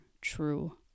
true